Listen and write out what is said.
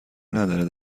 ندارد